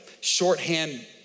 shorthand